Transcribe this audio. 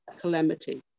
calamity